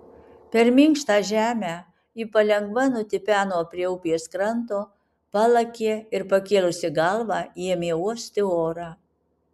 per minkštą žemę ji palengva nutipeno prie upės kranto palakė ir pakėlusi galvą ėmė uosti orą